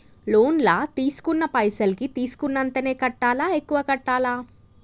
Loan లా తీస్కున్న పైసల్ కి తీస్కున్నంతనే కట్టాలా? ఎక్కువ కట్టాలా?